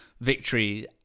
victory